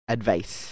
Advice